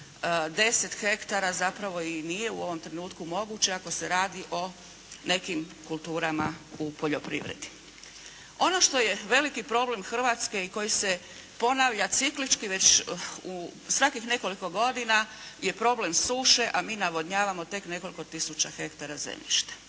10 hektara zapravo nije u ovom trenutku moguće ako se radi o nekim kulturama u poljoprivredi. Ono što je veliki problem Hrvatske i koji se ponavlja ciklički već svakih nekih nekoliko godina je problem suše, a mi navodnjavamo tek nekoliko tisuća hektara zemljišta.